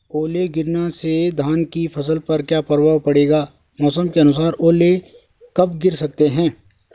ओले गिरना से धान की फसल पर क्या प्रभाव पड़ेगा मौसम के अनुसार ओले कब गिर सकते हैं?